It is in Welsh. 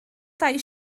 dau